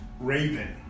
Raven